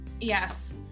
Yes